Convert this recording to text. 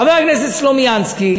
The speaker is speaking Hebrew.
חבר הכנסת סלומינסקי,